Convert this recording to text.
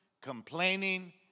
complaining